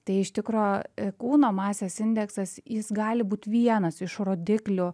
tai iš tikro kūno masės indeksas jis gali būt vienas iš rodiklių